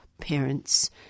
parents